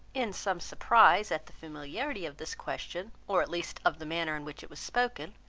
in some surprise at the familiarity of this question, or at least of the manner in which it was spoken,